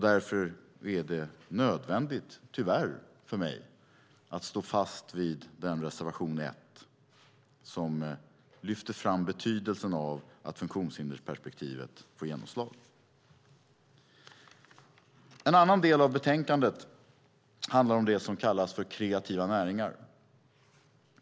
Därför är det tyvärr nödvändigt för mig att stå fast vid reservation 1, som lyfter fram betydelsen av att funktionshindersperspektivet får genomslag. En annan del av betänkandet handlar om det som kallas kreativa näringar.